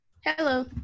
Hello